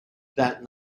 that